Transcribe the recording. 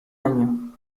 año